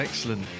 Excellent